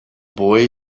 boy